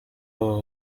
aba